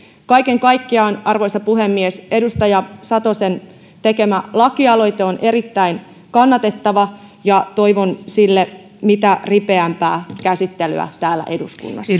kaiken kaikkiaan arvoisa puhemies edustaja satosen tekemä lakialoite on erittäin kannatettava ja toivon sille mitä ripeimpää käsittelyä täällä eduskunnassa